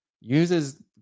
uses